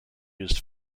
used